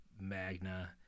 Magna